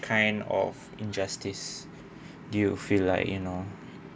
kind of injustice do you feel like you know